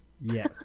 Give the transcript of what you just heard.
Yes